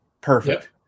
perfect